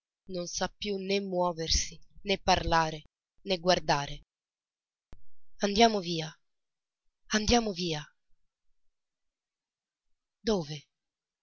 non sa più né muoversi né parlare né guardare andiamo via andiamo via dove